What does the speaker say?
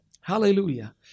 Hallelujah